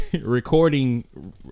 recording